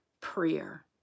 prayer